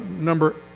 number